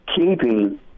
keeping